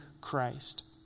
Christ